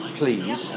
please